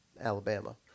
Alabama